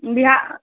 Bihar